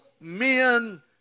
men